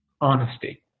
honesty